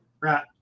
Right